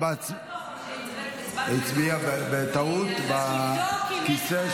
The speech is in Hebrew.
הצבעתי בטעות --- אנחנו נתקן את זה.